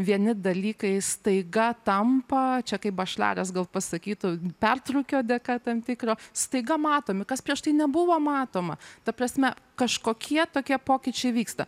vieni dalykai staiga tampa čia kaip bašlaras gal pasakytų pertrūkio dėka tam tikro staiga matomi kas prieš tai nebuvo matoma ta prasme kažkokie tokie pokyčiai vyksta